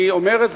אתה אומר,